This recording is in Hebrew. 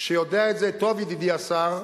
כשיודע את זה טוב ידידי השר,